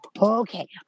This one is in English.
Okay